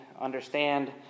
understand